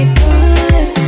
good